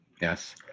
yes